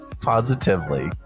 positively